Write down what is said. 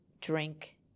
drink